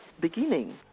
beginning